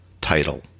title